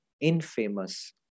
infamous